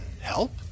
help